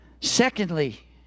Secondly